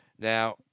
Now